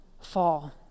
fall